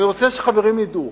אני רוצה שחברים ידעו